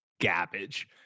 garbage